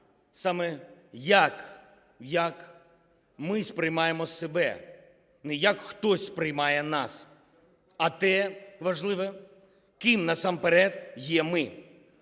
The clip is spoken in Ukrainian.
саме – як ми сприймаємо себе; не як хтось приймає нас, а те важливе, ким насамперед є ми.